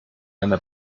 einer